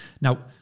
Now